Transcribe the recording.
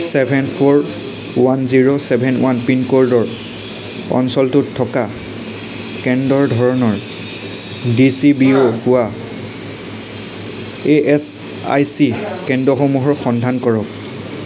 seven four one zero seven one পিনক'ডৰ অঞ্চলটোত থকা কেন্দ্ৰৰ ধৰণৰ ডি চি বি অ' হোৱা এ এচ আই চি কেন্দ্ৰসমূহৰ সন্ধান কৰক